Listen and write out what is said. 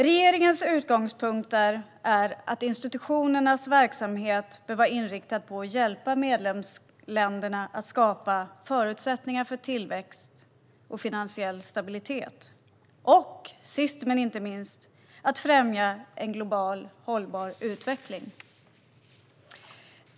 Regeringens utgångspunkter är att institutionernas verksamheter bör vara inriktade på att hjälpa medlemsländerna att skapa förutsättningar för tillväxt och finansiell stabilitet och, sist men inte minst, att främja en globalt hållbar utveckling.